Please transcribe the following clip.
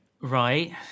Right